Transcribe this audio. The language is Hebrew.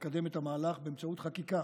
לקדם את המהלך באמצעות חקיקה,